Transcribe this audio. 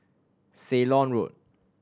Ceylon Road